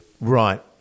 Right